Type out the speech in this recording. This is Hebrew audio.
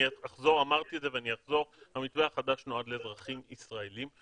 אמרתי את זה ואני אחזור: המתווה החדש נועד לאזרחים ישראלים,